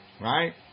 Right